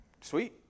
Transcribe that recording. sweet